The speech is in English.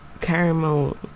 caramel